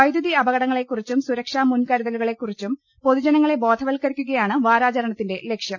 വൈദ്യുതി അപകടങ്ങളെക്കുറിച്ചും സുരക്ഷാ മുൻക രുതലുകളെക്കുറിച്ചും സംബന്ധിച്ചും പൊതുജനങ്ങളെ ബോധ വൽക്കരിക്കുകയാണ് വാരാചരണത്തിന്റെ ലക്ഷ്യം